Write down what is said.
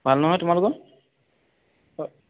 ভাল নহয় তোমালোকৰ অঁ